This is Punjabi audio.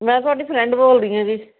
ਮੈਂ ਤੁਹਾਡੀ ਫ੍ਰੈਂਡ ਬੋਲਦੀ ਹਾਂ ਜੀ